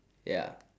ya